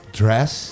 dress